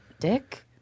Dick